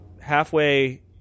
halfway